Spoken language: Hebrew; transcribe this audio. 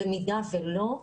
במידה ולא,